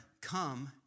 come